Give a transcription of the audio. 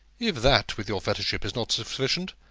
if that, with your fellowship, is not sufficient,